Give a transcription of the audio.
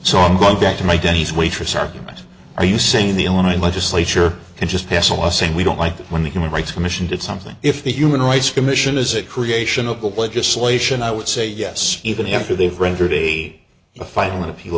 so i'm going back to my days waitress argument are you saying the illinois legislature can just pass a law saying we don't like it when the human rights commission did something if the human rights commission is a creation of legislation i would say yes even after they've rendered a final an